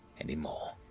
anymore